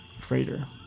freighter